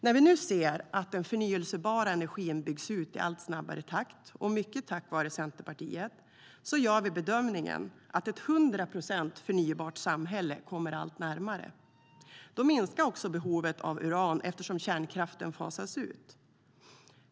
När vi nu ser att den förnybara energin byggs ut i allt snabbare takt, mycket tack vare Centerpartiet, gör vi bedömningen att ett 100 procent förnybart samhälle kommer allt närmare. Då minskar också behovet av uran eftersom kärnkraften fasas ut.